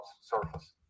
surface